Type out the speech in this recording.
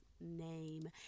name